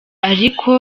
ariko